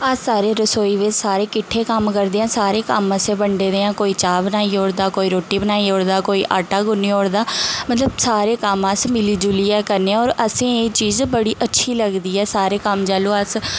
अस सारे रसोई बिच्च किट्ठे कम्म करदे आं सारे कम्म ऐसे बंडे दे ऐ कोई चाह् बनाई ओड़दा कोई रुट्टी बनाई ओड़दा कोई आटा गुन्नी ओड़दा मतलब सारे कम्म अस मिली जुलियै करने होर असेंगी एह् चीज़ अच्छी लगदी ऐ सारे कम्म जेल्लू अस